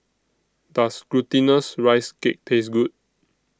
Does Glutinous Rice Cake Taste Good